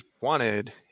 wanted